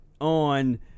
on